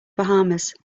bahamas